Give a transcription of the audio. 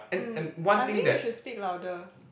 mm I think you should speak louder